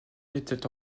n’était